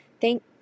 Thank